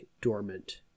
dormant